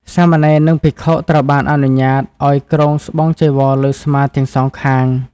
សាមណេរ និងភិក្ខុត្រូវបានអនុញ្ញាតឱ្យគ្រងស្បង់ចីវរលើស្មាទាំងសងខាង។